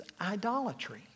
idolatry